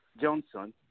Johnson